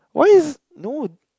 why is no